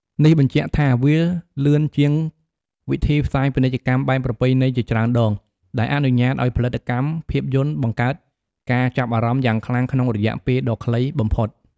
នេះបញ្ជាក់ថាវាលឿនជាងវិធីផ្សាយពាណិជ្ជកម្មបែបប្រពៃណីជាច្រើនដង ដែលអនុញ្ញាតឱ្យផលិតកម្មភាពយន្តបង្កើតការចាប់អារម្មណ៍យ៉ាងខ្លាំងក្នុងរយៈពេលដ៏ខ្លីបំផុត។